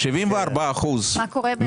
בסדר.